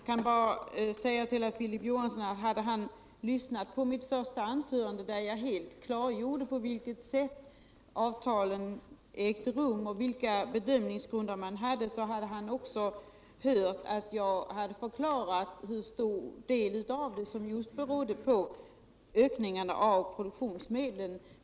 Herr talman! Om Filip Johansson hade lyssnat på mitt första anförande, där jag helt klargjorde på vilket sätt avtalen träffats och vilka bedömningsgrunder man haft, hade Filip Johansson uppfattat att jag där förklarade hur stor del av summan som berodde på ökningarna av produktionsmedlen.